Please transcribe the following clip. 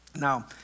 Now